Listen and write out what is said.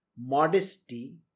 modesty